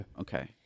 Okay